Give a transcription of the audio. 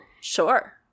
sure